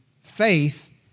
Faith